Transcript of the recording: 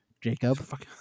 jacob